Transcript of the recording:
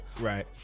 Right